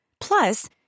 Plus